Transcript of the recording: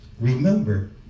remember